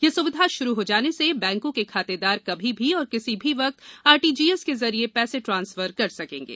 ये सुविधा शुरू हो जाने से बैकों के खातेदार कभी भी और किसी भी वक्त आरटीजीएस के जरिए पैर्स ट्रांसफर कर सकेंगे